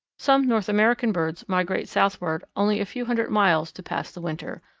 some north american birds migrate southward only a few hundred miles to pass the winter,